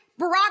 Barack